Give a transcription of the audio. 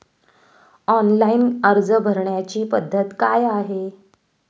Online अर्ज भरण्याची पद्धत काय आहे?